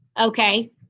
okay